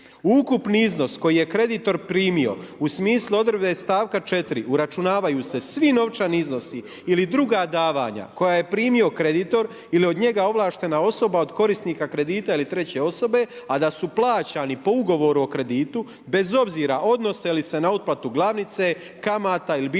Ukupni iznos koji je kreditor primio u smislu odredbe stavka 4., uračunavaju se svi novčani iznosi ili druga davanja koja je primio kreditor ili od njega ovlaštena osoba od korisnika kredita ili treće osobe a da su plaćani po Ugovoru o kreditu bez obzira odnose li se na otplatu glavnice, kamata ili bilokakvih